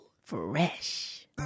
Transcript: Fresh